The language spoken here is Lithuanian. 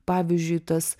pavyzdžiui tas